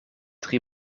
drie